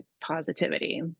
positivity